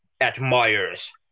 admires